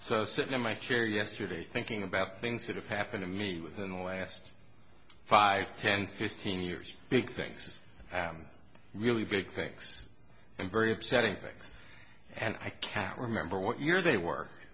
so sit in my chair yesterday thinking about things that have happened to me within the last five ten fifteen years big things really big fix and very upsetting things and i can't remember what year they work